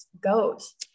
goes